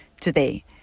today